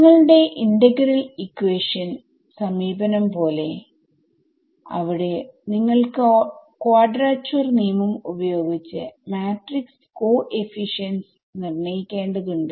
നിങ്ങളുടെ integral equation സമീപനം പോലെ അവിടെ നിങ്ങൾ ക്വാഡ്രാച്ചുഅർ നിയമം ഉപയോഗിച്ച് മാട്രിക്സ് കോഎഫിഷ്യന്റെസ് നിർണ്ണയിക്കേണ്ടതുണ്ട്